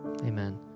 Amen